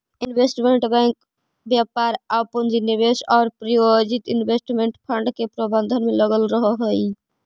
investment bank व्यापार आउ पूंजी निवेश आउ प्रायोजित इन्वेस्टमेंट फंड के प्रबंधन में लगल रहऽ हइ